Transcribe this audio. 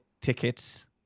tickets